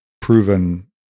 proven